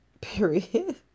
period